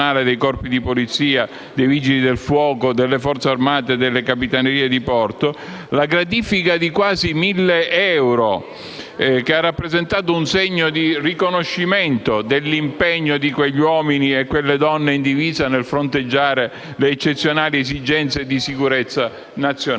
dei corpi di polizia, dei Vigili del fuoco, delle Forze armate e delle capitanerie di porto: la gratifica di quasi 1.000 euro ha rappresentato un segno del riconoscimento dell'impegno di quegli uomini e quelle donne in divisa nel fronteggiare le eccezionali esigenze di sicurezza nazionale.